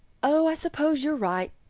oh, i suppose you are right,